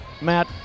Matt